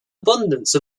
abundance